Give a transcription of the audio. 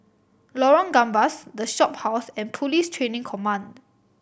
Lorong Gambas The Shophouse and Police Training Command